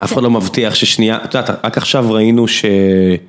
אף אחד לא מבטיח ששנייה, רק עכשיו ראינו ש...